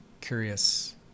curious